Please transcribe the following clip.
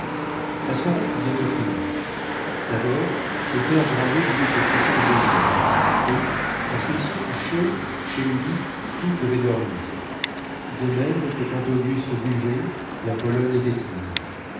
la soirée fut bientôt finie d'abord le père grandet voulut se coucher de bonne heure et lorsqu'il se couchait chez lui tout devait dormir de même que quand auguste buvait la pologne était ivre